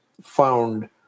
found